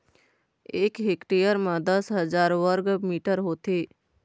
एक हेक्टेयर म दस हजार वर्ग मीटर होथे